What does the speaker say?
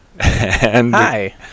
Hi